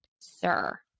Sir